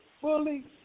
fully